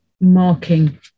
marking